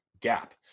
gap